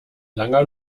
langer